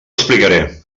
explicaré